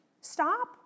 stop